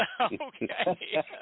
Okay